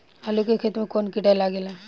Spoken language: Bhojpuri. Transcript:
आलू के खेत मे कौन किड़ा लागे ला?